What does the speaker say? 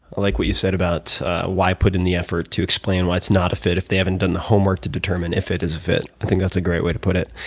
like what you said about why put in the effort to explain why it's not fit if they haven't done the homework to determine if it is a fit. i think that's a great way to put it.